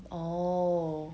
orh